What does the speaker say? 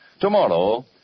Tomorrow